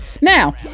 Now